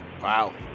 Wow